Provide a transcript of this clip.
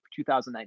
2019